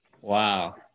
Wow